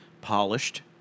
polished